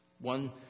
One